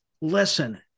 listen